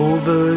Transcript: Over